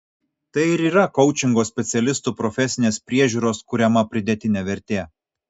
tai ir yra koučingo specialistų profesinės priežiūros kuriama pridėtinė vertė